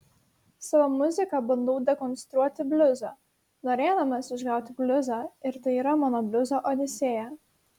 savo muzika bandau dekonstruoti bliuzą norėdamas išgauti bliuzą ir tai yra mano bliuzo odisėja